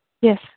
Yes